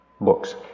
books